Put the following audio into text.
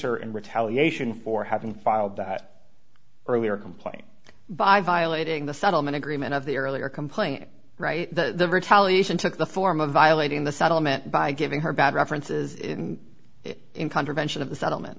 her in retaliation for having filed that earlier complaint by violating the settlement agreement of the earlier complaint right the retaliation took the form of violating the settlement by giving her bad references in contravention of the settlement